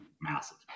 massive